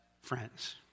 friends